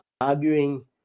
arguing